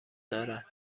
دارد